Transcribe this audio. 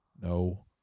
no